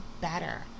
better